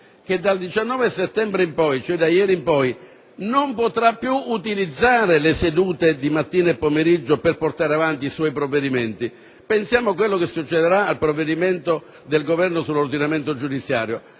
che dal 19 settembre in poi, cioè da ieri, non potrà più utilizzare le sedute antimeridiane e pomeridiane per portare avanti i suoi provvedimenti. Pensiamo a quello che succederà al provvedimento del Governo sull'ordinamento giudiziario: